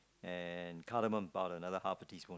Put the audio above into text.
and Calimus powder another half teaspoon